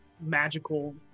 magical